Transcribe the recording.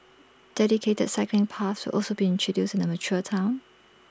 dedicated cycling paths will also be introduced in the mature Town